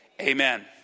amen